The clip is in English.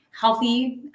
healthy